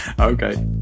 Okay